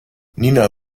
nina